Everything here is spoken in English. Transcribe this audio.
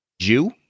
jew